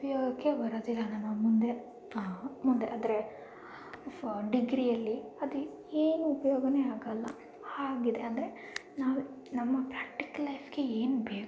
ಉಪಯೋಗಕ್ಕೆ ಬರೋದಿಲ್ಲ ನಮ್ಮ ಮುಂದೆ ಮುಂದೆ ಅಂದರೆ ಡಿಗ್ರಿಯಲ್ಲಿ ಅದು ಏನೂ ಉಪಯೋಗನೇ ಆಗೋಲ್ಲ ಹಾಗಿದೆ ಅಂದರೆ ನಾವು ನಮ್ಮ ಪ್ರಾಕ್ಟಿಕಲ್ ಲೈಫ್ಗೆ ಏನು ಬೇಕು